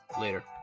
later